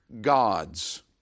gods